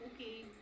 Okay